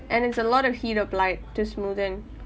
and it's a lot of heat applied to smoothen